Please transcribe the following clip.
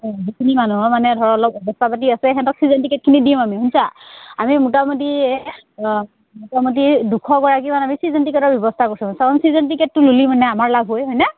অঁ যিখিনি মানুহৰ মানে ধৰ অলপ অৱস্থা পাতি আছে সিহঁতক চিজন টিকেটখিনি দিম আমি শুনছা আমি মোটামুটি মোটামুটি দুশগৰাকী মান আমি চিজন টিকেটৰ ব্যৱস্থা কৰিছোঁ চিজন টিকেটটো